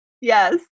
Yes